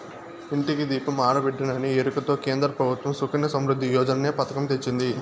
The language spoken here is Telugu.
ఇంటికి దీపం ఆడబిడ్డేననే ఎరుకతో కేంద్ర ప్రభుత్వం సుకన్య సమృద్ధి యోజననే పతకం తెచ్చింది